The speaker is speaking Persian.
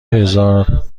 هزار